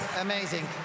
amazing